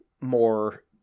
more